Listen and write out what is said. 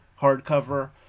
hardcover